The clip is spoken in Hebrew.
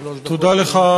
דקות.